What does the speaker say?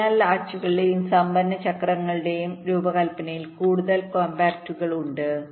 അതിനാൽ ലാച്ചുകളുടെയും സംഭരണ ചക്രങ്ങളുടെയും രൂപകൽപ്പനയിൽ കൂടുതൽ കോംപാക്റ്റുകൾ ഉണ്ട്